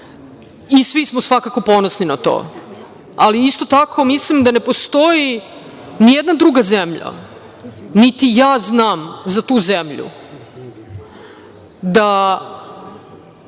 I svi smo, svakako, ponosni na to. Ali, isto tako, mislim da ne postoji ni jedna druga zemlja, niti ja znam za tu zemlju,